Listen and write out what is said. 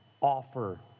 offer